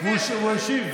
מזמן לא אמרת ביבי.